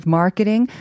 marketing